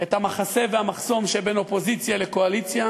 את המחסה והמחסום שבין אופוזיציה לקואליציה,